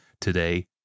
today